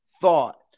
thought